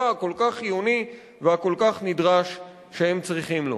הכל-כך חיוני והכל-כך נדרש שהם צריכים לו.